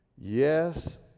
Yes